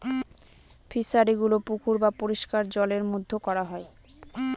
ফিশারিগুলো পুকুর বা পরিষ্কার জলের মধ্যে করা হয়